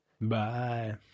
Bye